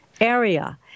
area